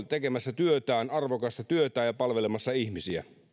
tekemässä työtään arvokasta työtään ja palvelemassa ihmisiä